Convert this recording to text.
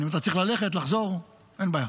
אם אתה צריך ללכת, לחזור, אין בעיה.